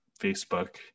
Facebook